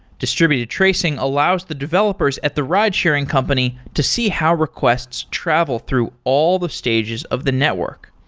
distributed tracing allows the developers at the ride-sharing company to see how requests travel through all the stages of the network.